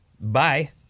Bye